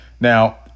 now